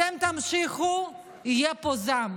אתם תמשיכו, יהיה פה זעם,